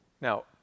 Now